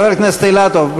חבר הכנסת אילטוב,